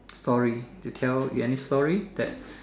story to tell you any story that